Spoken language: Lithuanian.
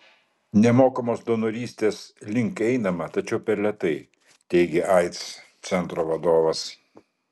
nemokamos donorystės link einama tačiau per lėtai teigė aids centro vadovas